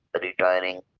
retiring